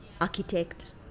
architect